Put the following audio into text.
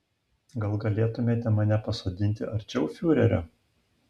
gal galėtumėte mane pasodinti arčiau fiurerio